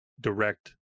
Direct